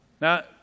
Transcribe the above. Now